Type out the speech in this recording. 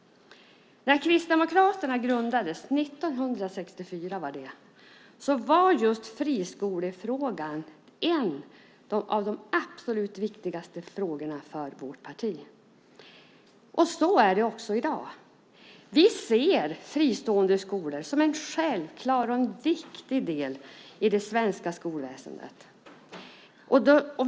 När Kristdemokraterna grundades 1964 var just friskolefrågan en av de absolut viktigaste frågorna för vårt parti. Så är det också i dag. Vi ser fristående skolor som en självklar och viktig del i det svenska skolväsendet.